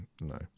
no